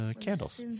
candles